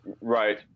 Right